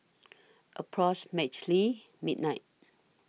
approximately midnight